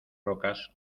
rocas